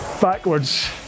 backwards